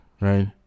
right